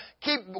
keep